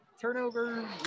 Turnover